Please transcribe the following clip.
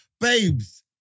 Babes